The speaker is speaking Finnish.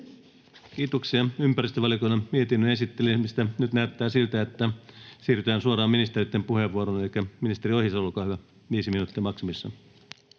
Kiitoksia, ympäristövaliokunnan mietinnön esittelemisestä. — Nyt näyttää siltä, että siirrytään suoraan ministereitten puheenvuoroihin. — Elikkä ministeri Ohisalo, olkaa hyvä. Viisi minuuttia maksimissaan.